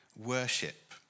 worship